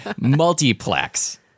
Multiplex